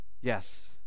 yes